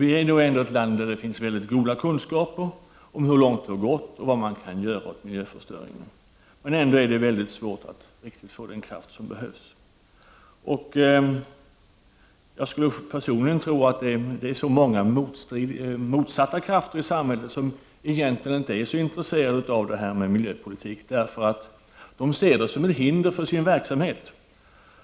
I vårt land finns ändå mycket goda kunskaper om hur långt det har gått och om vad man kan göra åt miljöförstöringen. Ändå är det mycket svårt att riktigt få den kraft som behövs. Jag skulle personligen tro att det finns många motsatta krafter i samhället som egentligen inte är särskilt intresserade av miljöpolitik. De ser miljöpoli tiken som ett hinder för sin verksamhet.